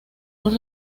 los